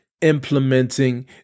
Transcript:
implementing